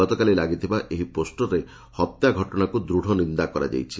ଗତକାଲି ଲାଗିଥିବା ଏହି ପୋଷ୍ଟରରେ ହତ୍ୟା ଘଟଶାକୁ ଦୃଢ଼ ନିନ୍ଦା କରାଯାଇଛି